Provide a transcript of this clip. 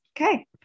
okay